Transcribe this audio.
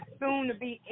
soon-to-be